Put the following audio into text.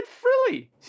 frilly